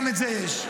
גם את זה יש.